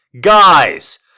guys